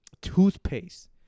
toothpaste